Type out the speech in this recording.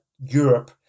Europe